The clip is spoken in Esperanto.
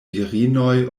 virinoj